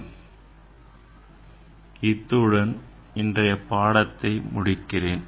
இந்த தலைப்பை இத்துடன் நிறைவு செய்கிறேன்